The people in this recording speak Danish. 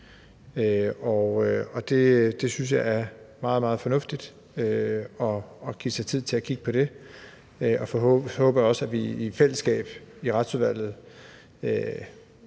det synes jeg er meget, meget fornuftigt at man giver sig tid til at kigge på, og så håber jeg også, at vi i fællesskab i Retsudvalget